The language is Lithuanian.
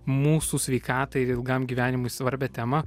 mūsų sveikatai ir ilgam gyvenimui svarbią temą